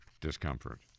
discomfort